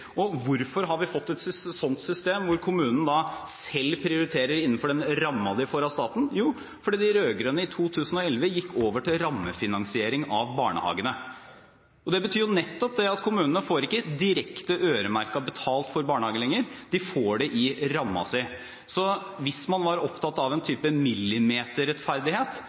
selv prioriterer innenfor den rammen de får av staten? Jo, det er fordi de rød-grønne i 2011 gikk over til rammefinansiering av barnehagene. Det betyr nettopp at kommunene ikke får direkte øremerket betalt for barnehager lenger, de får det i rammen sin. Hvis man var opptatt av en type